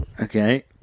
Okay